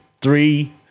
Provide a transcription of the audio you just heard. three